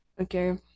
Okay